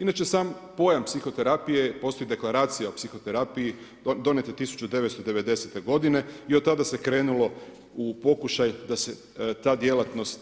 Inače sam pojam psihoterapije i postoji deklaracija o psihoterapiji, donijeta 1990 g. i od tada se krenulo u pokušaj da se ta djelatnost